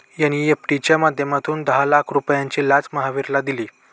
NEFT च्या माध्यमातून मी दहा लाख रुपयांची लाच महावीरला दिली